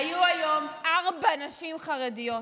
היו היום ארבע נשים חרדיות,